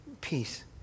peace